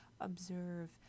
observe